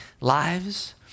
lives